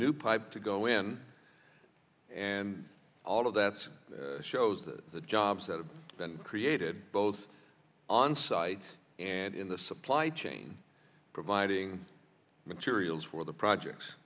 new pipe to go in and all of that shows the jobs that have been created both on site and in the supply chain providing materials for the projects